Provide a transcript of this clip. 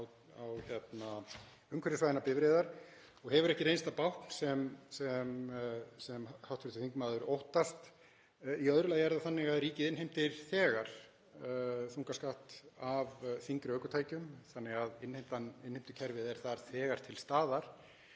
og hefur ekki reynst það bákn sem hv. þingmaður óttast. Í öðru lagi er það þannig að ríkið innheimtir þegar þungaskatt af þyngri ökutækjum þannig að innheimtukerfið er þar þegar til staðar.